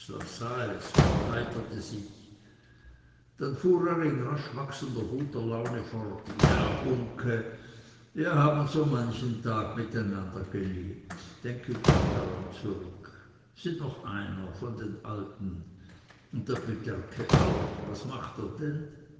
wachsender guter laune fort ja uncke wir haben so manchen tag miteinander gelebt denke gern daran zurück sind noch einer von den alten und der pyterke auch was macht er denn